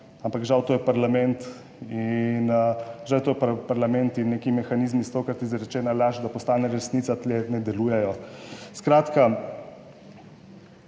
in žal to je parlament in neki mehanizmi 100-krat izrečena laž, da postane resnica, tu ne delujejo. Skratka,